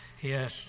Yes